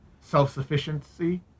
self-sufficiency